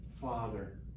Father